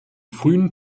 frühen